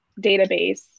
database